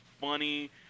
funny